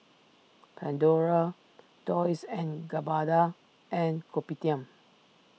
Pandora Dolce and Gabbana and Kopitiam